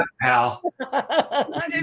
pal